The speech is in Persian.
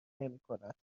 نمیکند